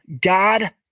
God